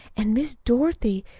an', miss dorothy,